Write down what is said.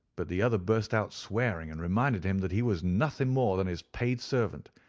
but the other burst out swearing, and reminded him that he was nothing more than his paid servant,